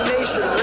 Nation